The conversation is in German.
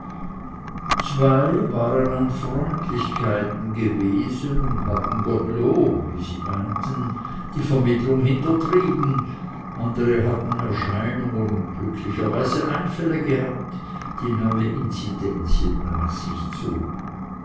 zwei waren an freundlichkeiten gewesen und hatten gottlob wie sie meinten die vermittlung hintertrieben andere hatten erscheinungen und glücklicherweise einfälle gehabt die neue incidenzien nach sich zogen